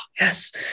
yes